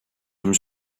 hem